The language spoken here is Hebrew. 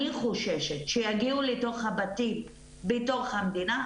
אני חוששת שיגיעו לתוך הבתים במדינה,